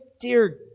dear